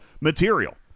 material